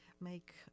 make